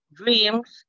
dreams